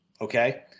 Okay